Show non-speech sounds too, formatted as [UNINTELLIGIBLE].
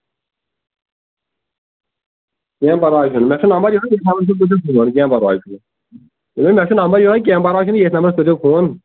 کیٚنٛہہ پرواے چھُنہٕ مےٚ چھُ نمبر دیُتمُت بہٕ تہِ تھاوٕ [UNINTELLIGIBLE] سُنٛد فون کیٚنٛہہ پرواے چھُنہٕ دوٚپمےَ مےٚ چھُ نمبر یِہَے کیٚنٛہہ پرواے چھُنہٕ ییٚتھۍ نمبرس کٔرۍزیٚو فون